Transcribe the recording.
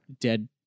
dead